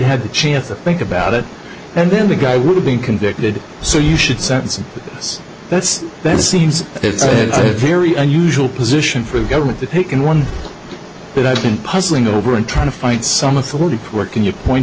had the chance to think about it and then the guy would have been convicted so you should sentence and that's that seems it's a very unusual position for a government that taken one that i've been puzzling over and trying to find some authority work in your point